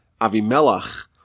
Avimelech